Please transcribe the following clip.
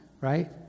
right